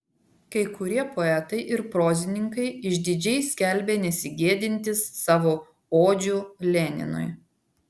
kai kurie poetai ir prozininkai išdidžiai skelbė nesigėdintys savo odžių leninui